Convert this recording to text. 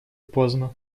поздно